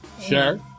Sure